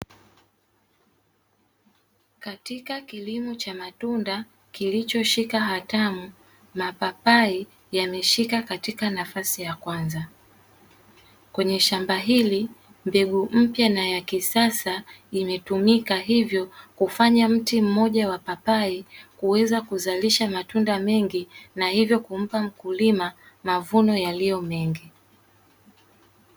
Katika kilimo cha matunda kilichoshika hatamu mapapai yameshika katika nafasi ya kwanza, kwenye shamba hili mbinu mpya na ya kisasa imetumika hivyo kufanya mti mmoja wa papai kuweza kuzalisha matunda mengi na hivyo kumpa mkulima mavuno yaliyo mengi.